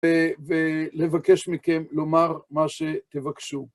ולבקש מכם לומר מה שתבקשו.